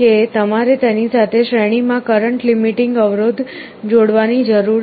કે તમારે તેની સાથે શ્રેણી માં કરંટ લીમિટિંગ અવરોધ જોડવાની જરૂર છે